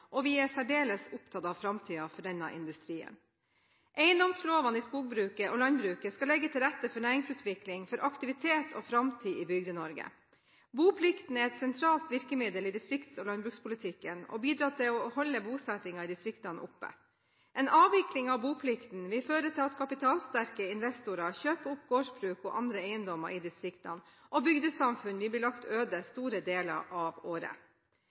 og vi er særdeles opptatt av framtiden for denne industrien. Eiendomslovene i skogbruket og landbruket skal legge til rette for næringsutvikling, for aktivitet og framtid i Bygde-Norge. Boplikten er et sentralt virkemiddel i distrikts- og landbrukspolitikken og bidrar til å holde bosettingen i distriktene oppe. En avvikling av boplikten vil føre til at kapitalsterke investorer kjøper opp gårdsbruk og andre eiendommer i distriktene, og bygdesamfunn vil bli lagt øde store deler av året.